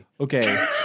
Okay